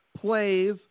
plays